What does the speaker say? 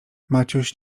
maciuś